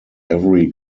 every